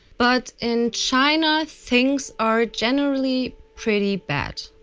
but in china things are generally pretty bad.